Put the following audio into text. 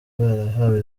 barahawe